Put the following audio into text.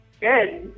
Good